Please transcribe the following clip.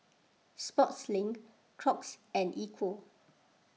Sportslink Crocs and Equal